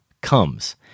comes